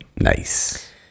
Nice